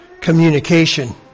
communication